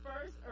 first